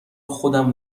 خودم